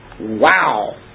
Wow